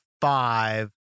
five